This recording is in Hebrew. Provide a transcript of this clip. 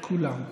כולם.